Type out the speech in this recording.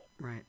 Right